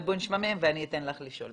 בואי נשמע מהם ואני אתן לך לשאול.